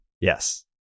Yes